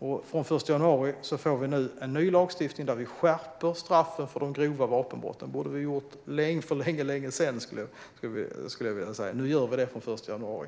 Från den 1 januari får vi en ny lagstiftning där vi skärper straffen för de grova vapenbrotten. Det borde vi ha gjort för länge sedan, skulle jag vilja säga, men nu gör vi det från den 1 januari.